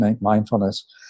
mindfulness